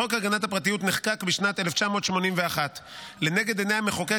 חוק הגנת הפרטיות נחקק בשנת 1981. לנגד עיני המחוקק